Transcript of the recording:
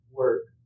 work